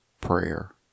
Prayer